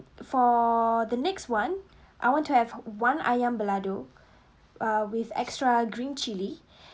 for the next [one] I want to have one ayam belado uh with extra green chili